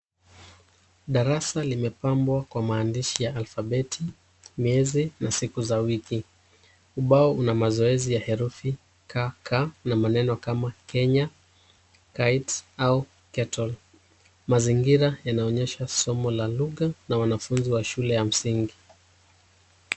Darasa limepambwa kwa maandishi ya alfabeti, miezi na siku za wiki, ubao una mazoezi ya herufi kama k,a na maneno kama Kenya, kite au kettle . Mazingira yanaonyesha somo la lugha ya wanafunzi wa shule ya msingi.